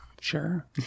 sure